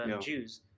Jews